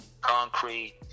concrete